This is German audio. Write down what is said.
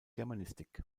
germanistik